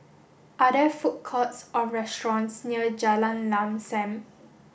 are there food courts or restaurants near Jalan Lam Sam